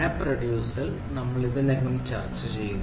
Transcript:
മാപ്പ് reducer നമ്മൾ ഇതിനകം ചർച്ചചെയ്തു